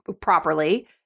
properly